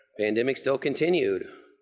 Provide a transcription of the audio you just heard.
pandemic still continued.